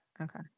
Okay